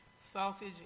sausage